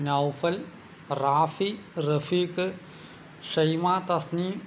Naufal Rafi Rafeeq Shaima Tasni